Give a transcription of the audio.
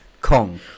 Kong